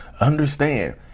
understand